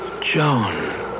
Joan